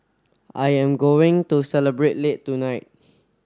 I am going to celebrate late tonight